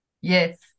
Yes